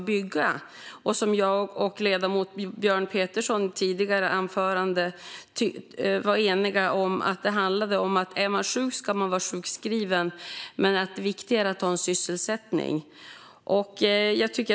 I ett tidigare replikskifte var jag och ledamoten Björn Petersson eniga om att det handlar om att man ska vara sjukskriven om man är sjuk men att det viktiga är att ha en sysselsättning.